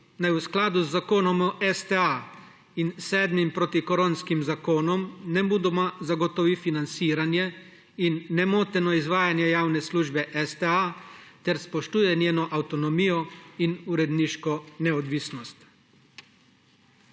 naj v skladu z Zakonom o STA in sedmim protikoronskim zakonom nemudoma zagotovi financiranje in nemoteno izvajanje javne službe STA ter spoštuje njeno avtonomijo in uredniško neodvisnost.